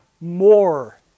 more